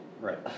Right